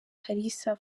kalisa